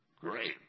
Great